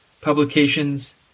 Publications